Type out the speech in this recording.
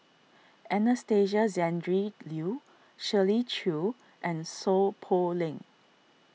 Anastasia Tjendri Liew Shirley Chew and Seow Poh Leng